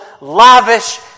lavish